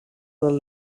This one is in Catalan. del